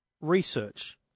research